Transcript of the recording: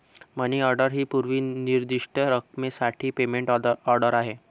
मनी order ही पूर्व निर्दिष्ट रकमेसाठी पेमेंट ऑर्डर आहे